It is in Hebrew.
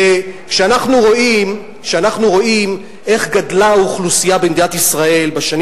כשאנחנו רואים איך גדלה האוכלוסייה במדינת ישראל בשנים